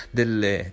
delle